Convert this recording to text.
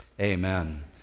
Amen